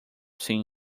seen